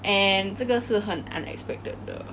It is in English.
and 这个是很 unexpected 的